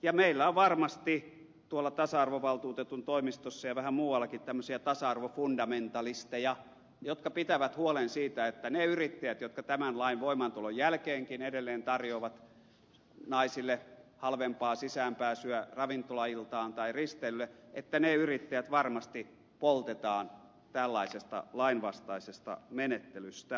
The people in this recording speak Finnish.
ja meillä on varmasti tuolla tasa arvovaltuutetun toimistossa ja vähän muuallakin tämmöisiä tasa arvofundamentalisteja jotka pitävät huolen siitä että ne yrittäjät jotka tämän lain voimaantulon jälkeenkin edelleen tarjoavat naisille halvempaa sisäänpääsyä ravintolailtaan tai risteilylle varmasti poltetaan tällaisesta lainvastaisesta menettelystä